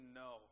no